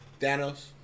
Thanos